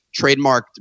trademarked